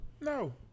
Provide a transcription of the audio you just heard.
No